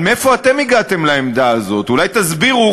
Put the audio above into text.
אבל מאיפה אתם הגעתם לעמדה הזאת, אולי תסבירו?